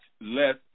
less